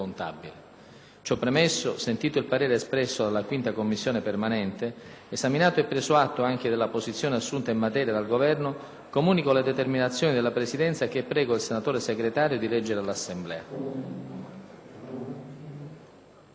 Ciò premesso, sentito il parere espresso dalla 5a Commissione permanente, esaminato e preso atto anche della posizione assunta in materia dal Governo, comunico le determinazioni della Presidenza, che prego il senatore Segretario di leggere all'Assemblea.